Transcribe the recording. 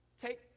take